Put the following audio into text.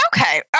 Okay